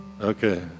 Okay